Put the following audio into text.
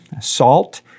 SALT